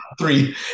three